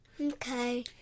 Okay